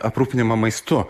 aprūpinimą maistu